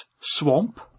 swamp